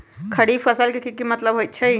खरीफ फसल के की मतलब होइ छइ?